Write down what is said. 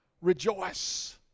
Rejoice